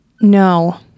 no